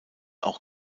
auch